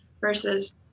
versus